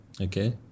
Okay